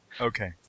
Okay